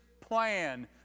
plan